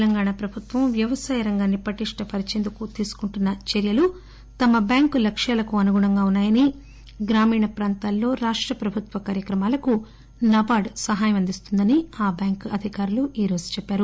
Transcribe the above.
తెలంగాణ ప్రభుత్వం వ్యవసాయ రంగాన్పి పటిష్ణ పరిచేందుకు తీసుకుంటున్న చర్యలు తమ బ్యాంకు లక్ష్యాలకు అనుగుణంగా ఉన్సా యని గ్రామీణ ప్రాంతాల్లో రాష్ట ప్రభుత్వ కార్యక్రమాలకు నాబార్డ్ సహాయం అందిస్తుందని ఆ బ్యాంకు అధికారులు ఈ రోజు చెప్పారు